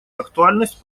актуальность